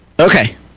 Okay